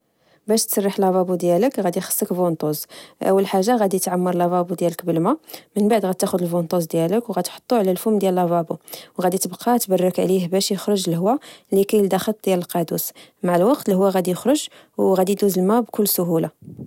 باش تسرح لافابو ديالك غادي يخصك اول حاجة غادي تعمر لافابو ديالك بالماء من بعد غادي تاخد ديالك وتحطو على لافابو وغادي تبقى تبرك عليه باش يخرج الهوا اللي كاين داخل القادوس مع الوقت اللي غادي يخرج وغادي يدوز الماء بكل سهوله